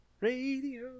Radio